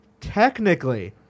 technically